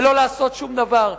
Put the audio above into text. ולא לעשות שום דבר.